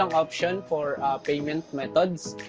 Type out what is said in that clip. um options for payment methods